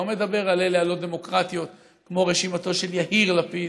לא מדבר על אלה הלא-דמוקרטיות כמו רשימתו של יהיר לפיד,